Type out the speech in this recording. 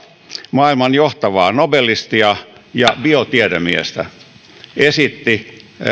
maailman johtavaa nobelistia ja biotiedemiestä esittivät